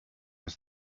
that